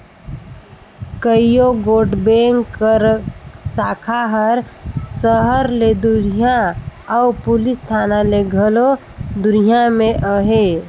कइयो गोट बेंक कर साखा हर सहर ले दुरिहां अउ पुलिस थाना ले घलो दुरिहां में अहे